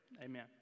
amen